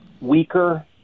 weaker